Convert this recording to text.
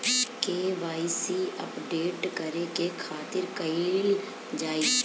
KYC update करे के खातिर का कइल जाइ?